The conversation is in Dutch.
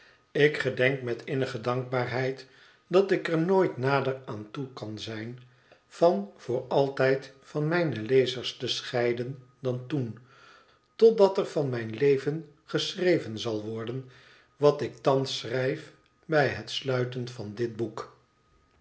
ik gedenk met innige dankbaarheid dat ik er nooit nader aan toe kan zijn van voor altijd van mijne lezers te scheiden dan toen totdat er van mijn leven geschreven zal worden wat ik thans schrijf bij het sluiten van dit boek